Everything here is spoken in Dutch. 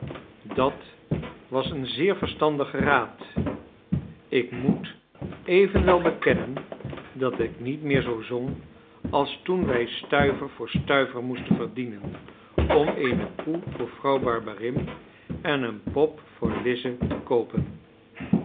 dat was een zeer verstandige raad ik moet evenwel bekennen dat ik niet meer zoo zong als toen wij stuiver voor stuiver moesten verdienen om eene koe voor vrouw barberin en een pop voor lize te koopen